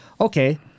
okay